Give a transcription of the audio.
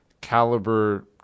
caliber